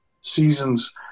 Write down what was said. seasons